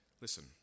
Listen